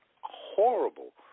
horrible